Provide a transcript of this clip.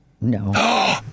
No